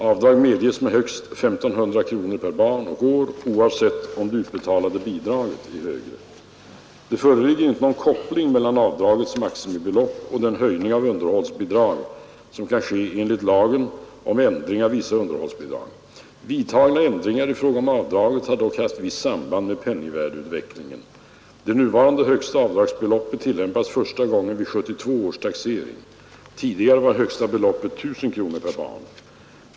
Avdrag medges med högst 1 500 kronor per barn och år oavsett om det utbetalade bidraget är högre. Det föreligger inte någon koppling mellan avdragets maximibelopp och den höjning av underhållsbidrag som kan ske enligt lagen om ändring av vissa underhållsbidrag. Vidtagna ändringar i fråga om avdraget har dock haft visst samband med penningvärdeutvecklingen. Det nuvarande högsta avdragsbeloppet tillämpades första gången vid 1972 års taxering. Tidigare var högsta beloppet 1 000 kronor per barn.